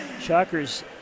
Shockers